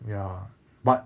ya but